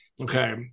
Okay